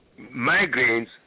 migraines